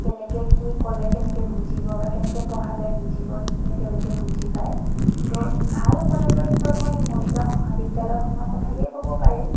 কেনেকৈ কি ক'লে কেনেকৈ বুজিব বা কেনেকৈ পঢ়ালে বুজিব সেইখিনি তেওঁলোকে বুজি পায় আৰু ভাল কলেজৰ ভিতৰত মই সেই মৰিগাঁও মহাবিদ্যালয়খনৰ কথাকেই ক'ব পাৰিম